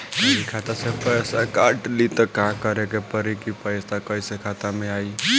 कभी खाता से पैसा काट लि त का करे के पड़ी कि पैसा कईसे खाता मे आई?